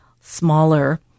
smaller